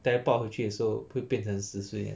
teleport 回去的时候会变成十岁 uh